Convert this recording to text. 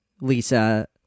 Lisa